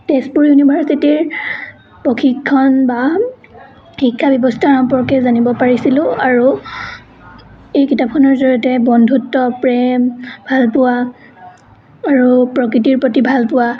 তেজপুৰ ইউনিভাৰ্চিটিৰ প্ৰশিক্ষণ বা শিক্ষা ব্যৱস্থা সম্পৰ্কে জানিব পাৰিছিলোঁ আৰু এই কিতাপখনৰ জৰিয়তে বন্ধুত্ব প্ৰেম ভালপোৱা আৰু প্ৰকৃতিৰ প্ৰতি ভালপোৱা